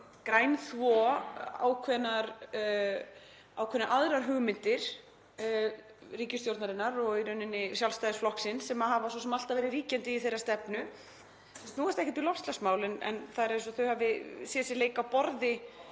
grænþvo ákveðnar aðrar hugmyndir ríkisstjórnarinnar og í rauninni Sjálfstæðisflokksins sem hafa svo sem alltaf verið ríkjandi í þeirra stefnu. Þær snúast ekkert um loftslagsmálin en það er eins og þau hafi séð sér leik á borði